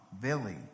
Billy